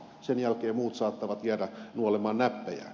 sen jälkeen muut saattavat jäädä nuolemaan näppejään